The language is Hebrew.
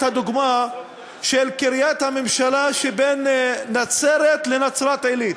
את הדוגמה של קריית-הממשלה שבין נצרת לנצרת-עילית,